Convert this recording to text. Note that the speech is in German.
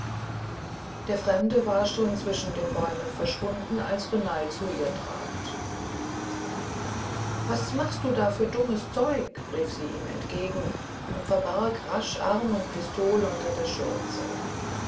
der fremde war schon zwischen den bäumen verschwunden als renald zu ihr trat was machst du da für dummes zeug rief sie ihm entgegen und verbarg rasch arm und pistol unter der schürze